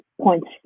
points